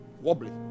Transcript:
Wobbly